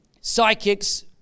psychics